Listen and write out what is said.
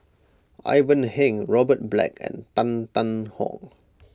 Ivan Heng Robert Black and Tan Tarn How